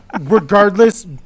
Regardless